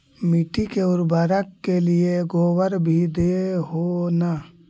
मिट्टी के उर्बरक के लिये गोबर भी दे हो न?